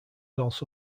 also